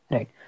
Right